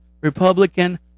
Republican